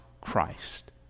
Christ